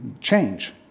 change